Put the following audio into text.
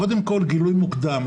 קודם כול גילוי מוקדם.